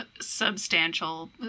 substantial